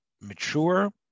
mature